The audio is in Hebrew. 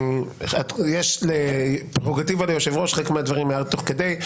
יש פררוגטיבה ליושב-ראש, חלק מהדברים היה תוך כדי.